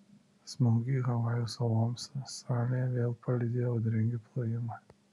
smūgį havajų saloms salėje vėl palydėjo audringi plojimai